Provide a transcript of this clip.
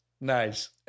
Nice